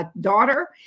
daughter